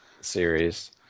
Series